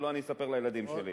ולא אני אספר לילדים שלי.